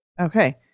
Okay